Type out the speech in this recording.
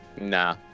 nah